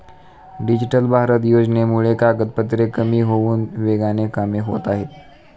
digital Bharat योजनेमुळे कागदपत्रे कमी होऊन वेगाने कामे होत आहेत